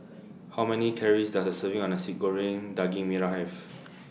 How Many Calories Does A Serving of Nasi Goreng Daging Merah Have